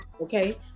okay